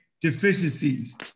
deficiencies